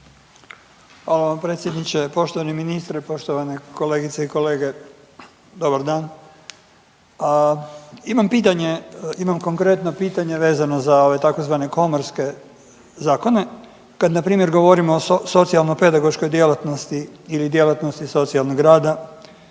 Hvala vam predsjedniče, poštovani ministre, poštovane kolegice i kolege dobar dan. Imam pitanje, imam konkretno pitanje vezano za ove tzv. komorske zakone. Kad na primjer govorimo o socijalno-pedagoškoj djelatnosti ili djelatnosti socijalnog rada